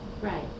Right